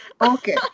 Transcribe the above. okay